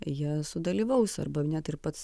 jie sudalyvaus arba net ir pats